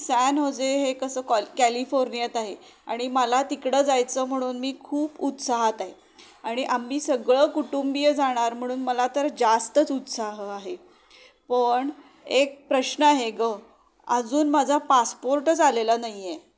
San Jose हे कसं कॉल कॅलिफोर्नियात आहे आणि मला तिकडं जायचं म्हणून मी खूप उत्साहात आहे आणि आम्ही सगळं कुटुंबीय जाणार म्हणून मला तर जास्तच उत्साह आहे पण एक प्रश्न आहे गं अजून माझा पासपोर्टच आलेला नाही आहे